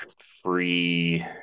free